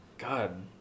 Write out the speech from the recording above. God